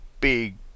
big